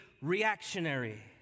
reactionary